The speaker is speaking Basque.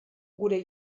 gure